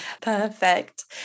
Perfect